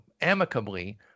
amicably